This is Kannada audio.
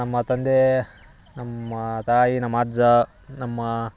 ನಮ್ಮ ತಂದೆ ನಮ್ಮ ತಾಯಿ ನಮ್ಮ ಅಜ್ಜ ನಮ್ಮ